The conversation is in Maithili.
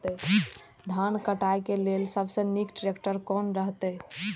धान काटय के लेल सबसे नीक ट्रैक्टर कोन रहैत?